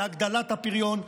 להגדלת הפריון,